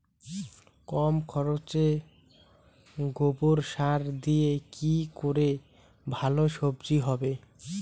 কম খরচে গোবর সার দিয়ে কি করে ভালো সবজি হবে?